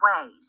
ways